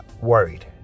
worried